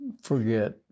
Forget